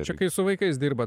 čia kai su vaikais dirba